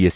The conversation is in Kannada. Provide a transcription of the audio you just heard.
ಎಸ್